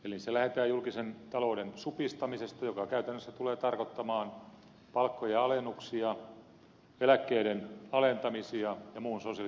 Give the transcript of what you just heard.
niissä lähdetään julkisen talouden supistamisesta joka käytännössä tulee tarkoittamaan palkkojen alennuksia eläkkeiden alentamisia ja muun sosiaaliturvan leikkaamista